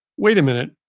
wait a minute.